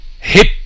hip